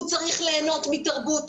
הוא צריך ליהנות מתרבות,